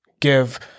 give